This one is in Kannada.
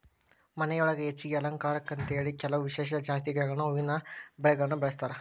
ಮನಿಯೊಳಗ ಹೆಚ್ಚಾಗಿ ಅಲಂಕಾರಕ್ಕಂತೇಳಿ ಕೆಲವ ವಿಶೇಷ ಜಾತಿ ಗಿಡಗಳನ್ನ ಹೂವಿನ ಬಳ್ಳಿಗಳನ್ನ ಬೆಳಸ್ತಾರ